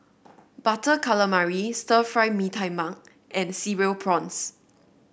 Butter Calamari Stir Fry Mee Tai Mak and Cereal Prawns